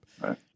right